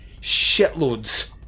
shitloads